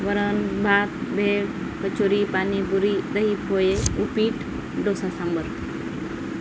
वरण भात भेळ कचोरी पाणीपुरी दही पोहे उपीट डोसा सांबार